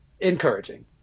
Encouraging